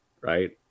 right